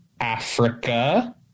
Africa